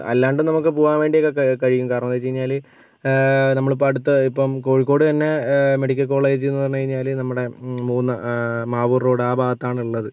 അല്ലാണ്ടും നമുക്ക് പോകാൻ വേണ്ടിയൊക്കെ ക കഴിയും കാരണമെന്നു വെച്ച് കഴിഞ്ഞാൽ നമ്മളിപ്പം അടുത്ത ഇപ്പം കോഴിക്കോടു തന്നെ മെഡിക്കൽ കോളേജെന്നു പറഞ്ഞു കഴിഞ്ഞാൽ നമ്മുടെ മൂന്നാ മാവൂർ റോഡ് ആ ഭാഗത്താണ് ഉള്ളത്